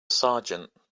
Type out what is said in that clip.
sergeant